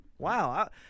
Wow